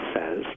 says